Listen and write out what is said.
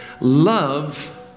love